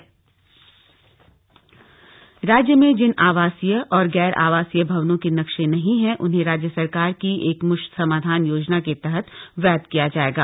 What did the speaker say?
cabinet फैसले राज्य में जिन आवासीय और गैर आवासीय भवनों के नक्शे नहीं हैं उन्हें राज्य सरकार की एकमुश्त समाधान योजना के तहत वैध किया जाएगा